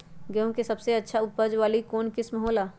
गेंहू के सबसे अच्छा उपज वाली कौन किस्म हो ला?